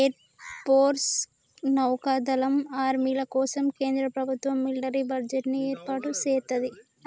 air force, నౌకా దళం, ఆర్మీల కోసం కేంద్ర ప్రభుత్వం మిలిటరీ బడ్జెట్ ని ఏర్పాటు సేత్తది